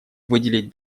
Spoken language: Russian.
выделить